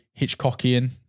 Hitchcockian